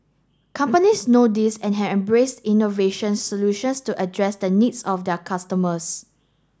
companies know this and have embraced innovation solutions to address the needs of their customers